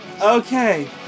Okay